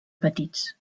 petits